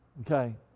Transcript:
Okay